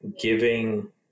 giving